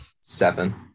seven